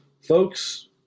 folks